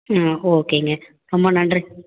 ம் ஓகேங்க ரொம்ப நன்றி